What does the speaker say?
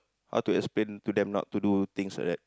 how to explain to them not to do things like that